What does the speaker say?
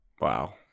Wow